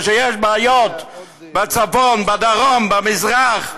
יש בעיות בצפון, בדרום, במזרח,